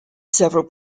several